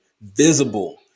visible